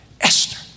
Esther